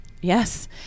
Yes